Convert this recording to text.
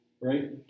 Right